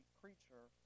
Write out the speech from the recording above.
creature